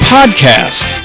Podcast